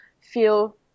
feel